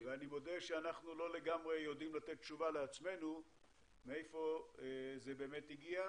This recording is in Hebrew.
ואני מודה שאנחנו לא לגמרי יודעים לתת תשובה לעצמנו מאיפה זה באמת הגיע,